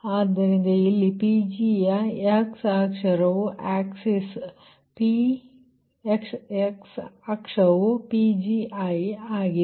ಆದ್ದರಿಂದ ಇಲ್ಲಿ Pg ಯ x ಅಕ್ಷವುPgiMW ಆಗಿದೆ